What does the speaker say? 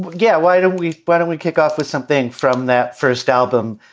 but yeah. why don't we. why don't we kick off with something from that first album,